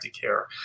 care